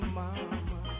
mama